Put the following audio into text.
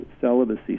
celibacy